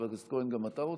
חבר הכנסת כהן, גם אתה רוצה?